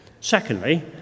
Secondly